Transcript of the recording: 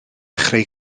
chreu